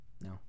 No